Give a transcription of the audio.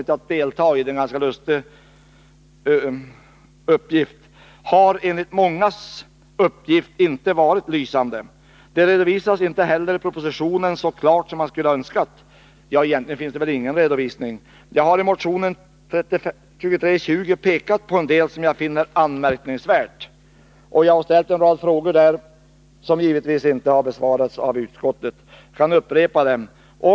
3—har enligt mångas uppgift inte varit lysande. Det redovisas inte heller så klart i propositionen som man skulle ha önskat — egentligen finns det inte någon redovisning alls. Jag har i motionen 2320 pekat på en del som jag finner anmärkningsvärt. Jag har också ställt en rad frågor, som givetvis inte har besvarats av utskottet. Jag vill upprepa dessa frågor.